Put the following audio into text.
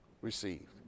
received